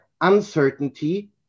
uncertainty